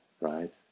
right